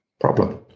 problem